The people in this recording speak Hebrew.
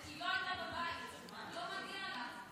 היא לא הייתה בבית, לא מגיע לה.